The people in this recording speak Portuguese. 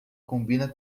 combina